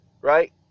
right